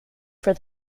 for